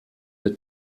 der